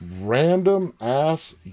random-ass